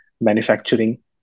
manufacturing